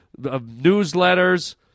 newsletters